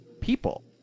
people